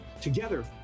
Together